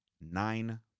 nine